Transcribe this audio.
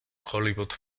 hollywood